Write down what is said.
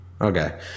okay